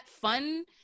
fun